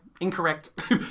Incorrect